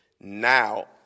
now